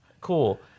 Cool